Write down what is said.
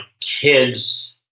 kids